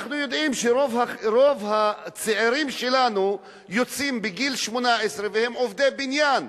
אנחנו יודעים שרוב הצעירים שלנו יוצאים בגיל 18 והם עובדי בניין.